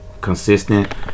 consistent